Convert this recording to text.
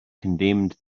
condemned